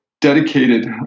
dedicated